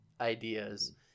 ideas